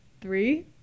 Three